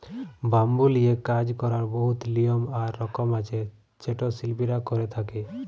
bamboo লিয়ে কাজ ক্যরার বহুত লিয়ম আর রকম আছে যেট শিল্পীরা ক্যরে থ্যকে